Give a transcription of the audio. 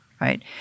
right